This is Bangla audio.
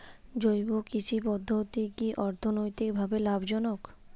জৈব কৃষি পদ্ধতি কি অর্থনৈতিকভাবে লাভজনক?